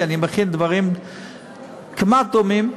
כי אני מכין דברים כמעט דומים.